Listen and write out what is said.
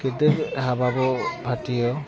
गेदेर हाबाबो फाथियो